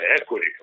equity